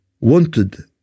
wanted